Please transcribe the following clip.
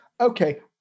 okay